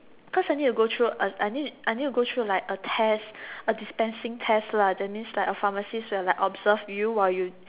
cause I need to go through a I need to go through like a test a dispensing test lah that means like a pharmacist would observe you while you